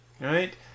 right